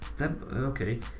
Okay